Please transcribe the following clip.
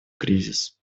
кризис